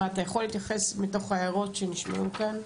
מה אתה יכול להתייחס מתוך ההערות שנשמעו כאן.